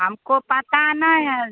हमको पता नहीं है